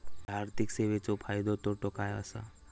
हया आर्थिक सेवेंचो फायदो तोटो काय आसा?